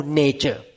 nature